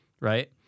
Right